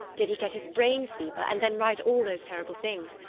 did he get his brain fever, and then write all those terrible things,